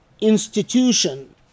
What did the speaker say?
institution